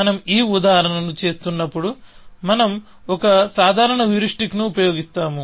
మనం ఈ ఉదాహరణ చేస్తున్నప్పుడు మనం ఒక సాధారణ హ్యూరిస్టిక్ ను ఉపయోగిస్తాము